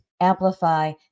amplify